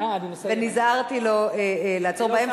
ונזהרתי לא לעצור באמצע,